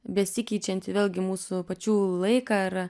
besikeičiantį vėlgi mūsų pačių laiką ar